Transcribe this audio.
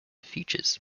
features